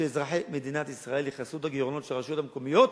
שאזרחי מדינת ישראל יכסו את הגירעונות של הרשויות המקומיות,